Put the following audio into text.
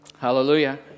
Hallelujah